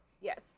yes